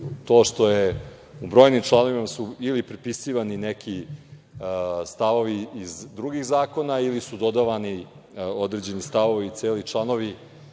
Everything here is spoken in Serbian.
to što su u brojnim članovima ili prepisivani neki stavovi iz drugih zakona, ili su dodavani određeni stavovi, celi članovi